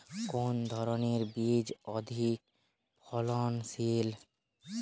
কোন ধানের বীজ অধিক ফলনশীল?